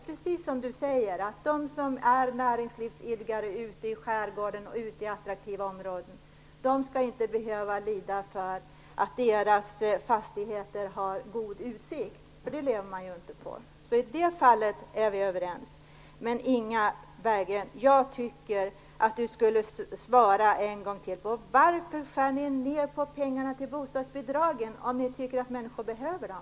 Precis som Inga Berggren säger skall inte de som är näringsidkare ute i skärgården och ute i andra attraktiva områden behöva lida för att deras fastigheter har god utsikt. Det lever man ju inte på. I det fallet är vi överens. Men jag tycker att Inga Berggren skall svara på varför Moderaterna vill skära ned på anslaget till bostadsbidragen om ni anser att människor behöver dem.